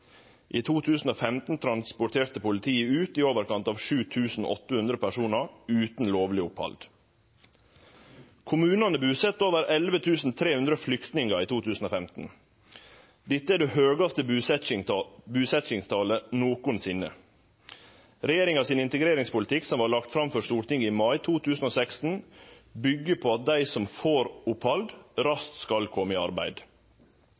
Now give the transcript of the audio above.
I 2015 transporterte politiet ut i overkant av 7 800 personar utan lovleg opphald. Kommunane busette over 11 300 flyktningar i 2015. Dette er det høgaste busetjingstalet nokosinne. Regjeringa sin integreringspolitikk, som vart lagd fram for Stortinget i mai 2016, byggjer på at dei som får opphald, raskt skal kome i arbeid.